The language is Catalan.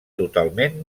totalment